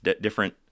different